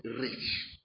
rich